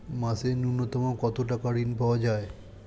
মাসে নূন্যতম কত টাকা ঋণ পাওয়া য়ায়?